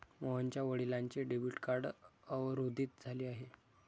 मोहनच्या वडिलांचे debit card अवरोधित झाले आहे